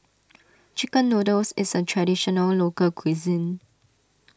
Chicken Noodles is a Traditional Local Cuisine